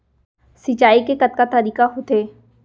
सिंचाई के कतका तरीक़ा होथे?